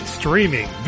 streaming